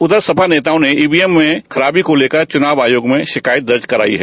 उधर सपा नेताओं ने ईवीएम में खराबी को लेकर चुनाव आयोग में शिकायत दर्ज कराई है